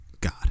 God